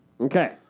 Okay